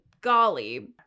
golly